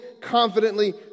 confidently